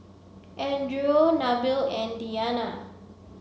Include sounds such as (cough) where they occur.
(unintelligible) Nabil and Diyana